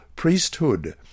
priesthood